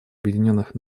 объединенных